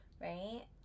Right